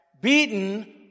beaten